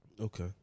Okay